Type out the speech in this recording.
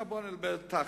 עכשיו בואו נדבר תכל'ס,